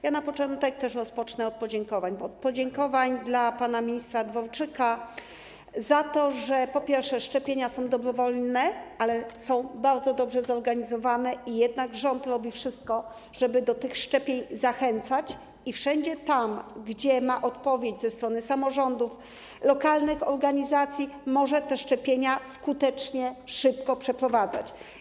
Ja też rozpocznę od podziękowań - od podziękowań dla pana ministra Dworczyka za to, że szczepienia są dobrowolne, ale bardzo dobrze zorganizowane i że rząd robi wszystko, żeby do tych szczepień zachęcać, i wszędzie tam, gdzie ma odpowiedź ze strony samorządów i lokalnych organizacji, może te szczepienia skutecznie i szybko przeprowadzać.